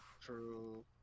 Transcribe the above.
True